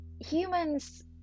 humans